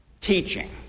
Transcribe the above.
teaching